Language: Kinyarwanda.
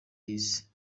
y’isi